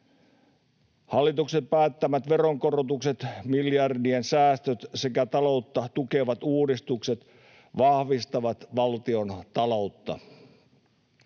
Hallituksen päättämät veronkorotukset, miljardien säästöt sekä taloutta tukevat uudistukset vahvistavat valtion taloutta.